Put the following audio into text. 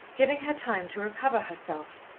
giving her time to recover herself,